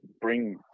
bring